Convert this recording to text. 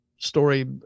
story